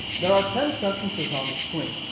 there are ten sentences on the screen.